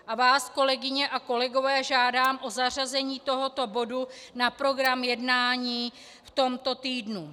A vás, kolegyně a kolegové, žádám o zařazení tohoto bodu na program jednání v tomto týdnu.